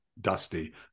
dusty